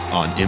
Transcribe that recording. on